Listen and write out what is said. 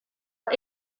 are